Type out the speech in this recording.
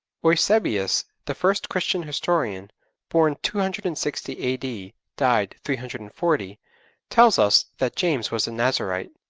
eusebius, the first christian historian born two hundred and sixty a d, died three hundred and forty tells us that james was a nazarite.